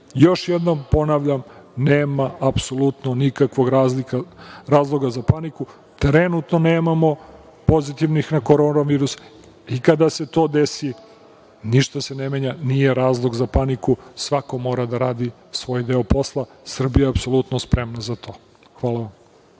jednom ponavljam, nema apsolutno nikakvog razloga za paniku. Trenutno nemamo pozitivnih na korona virus. Kada se to desi, ništa se ne menja, nije razlog za paniku, svako mora da radi svoj deo posla, Srbija je apsolutno spremna za to. Hvala.